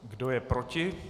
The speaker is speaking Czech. Kdo je proti?